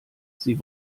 sie